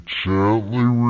gently